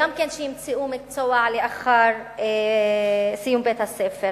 כדי שימצאו מקצוע לאחר סיום בית-הספר.